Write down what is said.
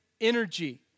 energy